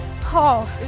Paul